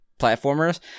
platformers